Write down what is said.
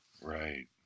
Right